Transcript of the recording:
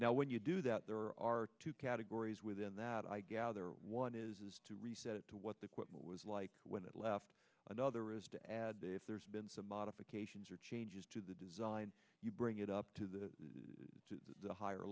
now when you do that there are two categories within that i gather one is to reset to what the quote was like when it left another is to add that if there's been some modifications or changes to the design you bring it up to the higher